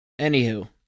Anywho